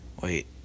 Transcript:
wait